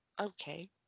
Okay